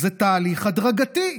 זה תהליך הדרגתי.